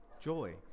joy